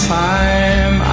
time